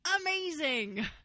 Amazing